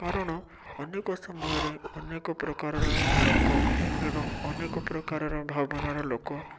କାରଣ ଅନେକ ସମୟରେ ଅନେକ ପ୍ରକାରର ଲୋକ ଏବଂ ଅନେକ ପ୍ରକାରର ଭାବନାର ଲୋକ